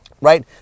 right